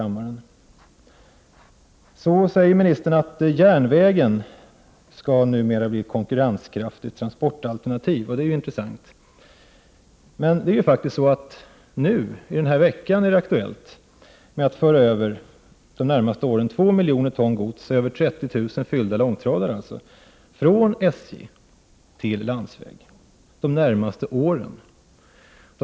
Kommunikationsministern säger vidare att järnvägen skall bli ett konkurrenskraftigt transportalternativ. Det är ju intressant. Men denna vecka har frågan om att under de närmaste åren föra över 2 miljoner ton gods, dvs. mer än 30 000 fyllda långtradare, från järnväg till landsväg varit aktuell.